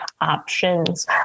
options